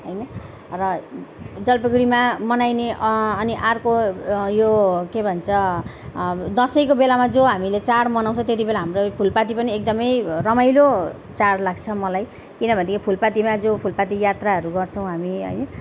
होइन र जलपाइगुडीमा मनाइने अनि अर्को यो के भन्छ दसैँको बेलामा जो हामीले चाड मनाउँछ त्यति बेला हाम्रो यो फुलपाती पनि एकदमै रमाइलो चाड लाग्छ मलाई किनभनेदेखि फुलपातीमा जो फुलपाती यात्राहरू गर्छौँ हामी है